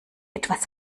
etwas